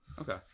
okay